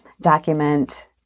document